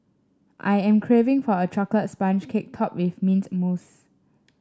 I am craving for a chocolate sponge cake topped with mint mousse